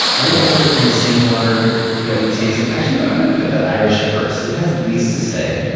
i would go in the same order that we tasted. actually, no, i'm going to put the irish first. it has the least to say.